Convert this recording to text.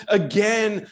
again